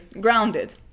grounded